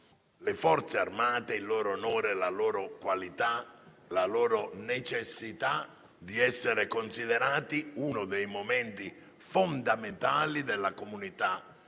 le Forze armate, il loro onore, la loro qualità e la loro necessità di essere considerate uno dei momenti fondamentali della comunità